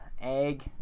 egg